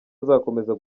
azakomeza